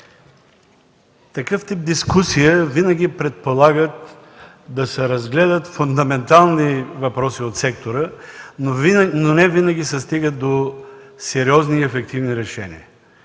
Такъв тип дискусия винаги предполага да се разгледат фундаментални въпроси от сектора, но не винаги се стига до сериозни и ефективни решения.